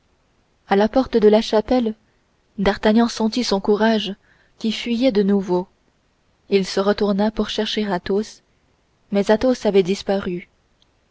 à la porte de la chapelle d'artagnan sentit son courage qui fuyait de nouveau il se retourna pour chercher athos mais athos avait disparu